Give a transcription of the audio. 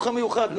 המיוחד,